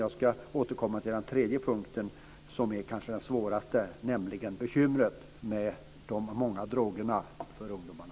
Jag ska återkomma till den tredje punkten, som kanske är den svåraste, nämligen bekymren med de många drogerna för ungdomarna.